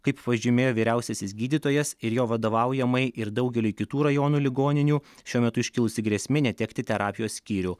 kaip pažymėjo vyriausiasis gydytojas ir jo vadovaujamai ir daugeliui kitų rajono ligoninių šiuo metu iškilusi grėsmė netekti terapijos skyrių